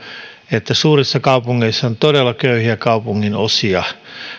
että suurissa kaupungeissa on todella köyhiä kaupunginosia